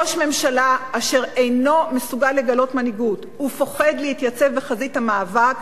ראש הממשלה אשר אינו מסוגל לגלות מנהיגות ופוחד להתייצב בחזית המאבק,